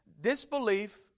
disbelief